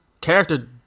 character